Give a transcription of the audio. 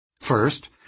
First